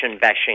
bashing